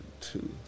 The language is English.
two